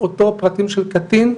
אותו פרטים של קטין,